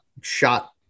shot